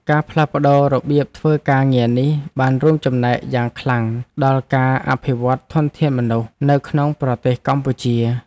ការផ្លាស់ប្តូររបៀបធ្វើការងារនេះបានរួមចំណែកយ៉ាងខ្លាំងដល់ការអភិវឌ្ឍធនធានមនុស្សនៅក្នុងប្រទេសកម្ពុជា។